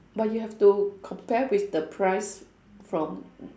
but you have to compare with the price from